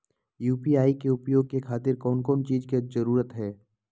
UPI के उपयोग के खातिर कौन कौन चीज के जरूरत है?